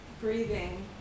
breathing